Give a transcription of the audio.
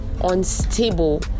unstable